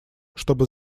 чтобы